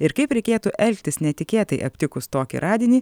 ir kaip reikėtų elgtis netikėtai aptikus tokį radinį